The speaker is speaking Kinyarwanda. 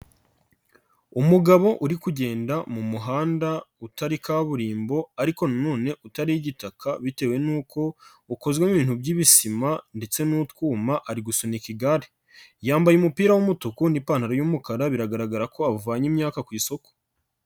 Umugabo uri kugenda mu muhanda utari kaburimbo ariko na none utari igitaka, bitewe n'uko ukozwemo n'ibisima ndetse n'utwuma ,ari gusunika igare yambaye umupira w'umutuku ipantaro y'umukara ,biragaragara ko avanye imyaka ku isoko.